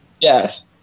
Yes